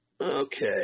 Okay